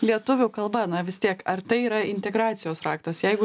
lietuvių kalba na vis tiek ar tai yra integracijos raktas jeigu